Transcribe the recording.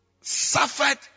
suffered